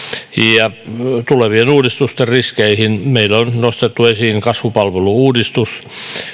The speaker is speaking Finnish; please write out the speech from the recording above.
ja tulevien uudistusten riskeihin meillä on nostettu esiin kasvupalvelu uudistus